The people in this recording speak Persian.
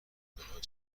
کپنهاک